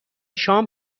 شام